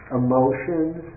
emotions